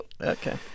okay